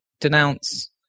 denounce